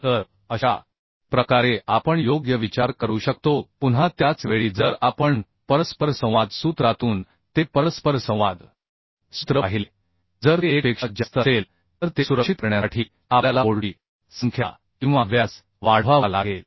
तर अशा प्रकारे आपण योग्य विचार करू शकतो पुन्हा त्याच वेळी जर आपण परस्परसंवाद सूत्रातून ते परस्परसंवाद सूत्र पाहिले जर ते 1 पेक्षा जास्त असेल तर ते सुरक्षित करण्यासाठी आपल्याला बोल्टची संख्या किंवा व्यास वाढवावा लागेल